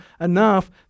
enough